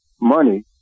money